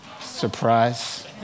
Surprise